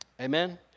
amen